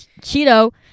Cheeto